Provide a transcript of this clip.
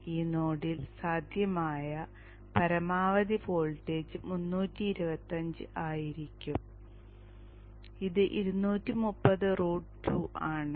ഈ നോഡിൽ സാധ്യമായ പരമാവധി വോൾട്ടേജ് 325 ആയിരിക്കും അത് 230√2 ആണ്